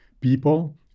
People